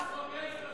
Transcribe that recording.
עומד ומחכה.